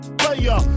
player